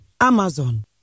Amazon